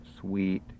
sweet